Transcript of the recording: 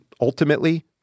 ultimately